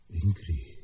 ...angry